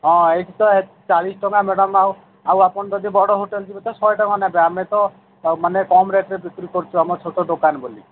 ହଁ ତ ଏଇଠି ତ ଏଇଠି ଚାଳିଶ ଟଙ୍କା ମ୍ୟାଡମ୍ ଆଉ ଆଉ ଆପଣ ଯଦି ବଡ଼ ହୋଟେଲ୍ ଯିବେ ତ ଶହେଟଙ୍କା ନେବେ ଆମେ ତ ମାନେ କମ୍ ରେଟ୍ରେ ବିକ୍ରି କରୁଛୁ ଆମ ଛୋଟ ଦୋକାନ ବୋଲି